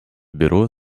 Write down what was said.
бюро